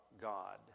God